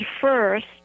first